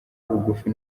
bugufi